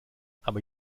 aber